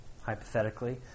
hypothetically